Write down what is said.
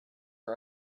are